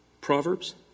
Proverbs